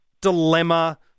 dilemma